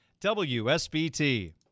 WSBT